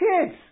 kids